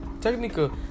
technical